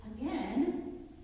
again